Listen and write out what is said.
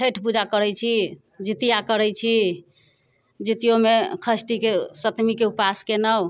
छैठ पूजा करै छी जितिया करै छी जितियोमे खष्ठीके सतमीके उपास केनहुँ